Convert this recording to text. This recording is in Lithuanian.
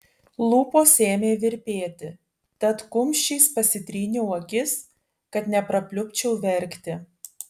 lūpos ėmė virpėti tad kumščiais pasitryniau akis kad neprapliupčiau verkti